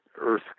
earth